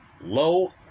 low